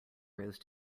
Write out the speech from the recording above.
rose